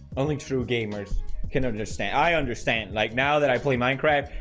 only true gamers can understand i understand like now that i play minecraft.